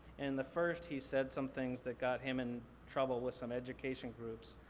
in the first, he said some things that got him in trouble with some education groups.